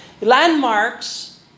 Landmarks